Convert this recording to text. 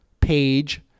page